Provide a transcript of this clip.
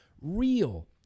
real